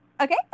Okay